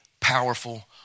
powerful